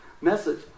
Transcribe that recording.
message